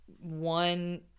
one